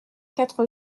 quatre